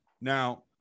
now